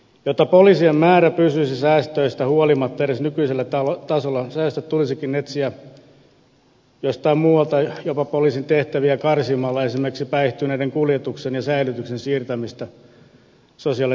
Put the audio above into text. jotta poliisien määrä pysyisi säästöistä huolimatta edes nykyisellä tasolla säästöt tulisikin etsiä jostain muualta jopa poliisin tehtäviä karsimalla esimerkiksi siirtämällä päihtyneiden kuljetus ja säilytys sosiaali ja terveyspuolen sektorille